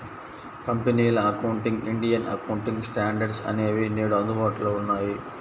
కంపెనీల accounting, Indian accounting standards అనేవి నేడు అందుబాటులో ఉన్నాయి